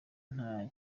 nta